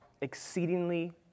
exceedingly